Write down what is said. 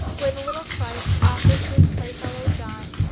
where the little christ offers to his playfellow, john,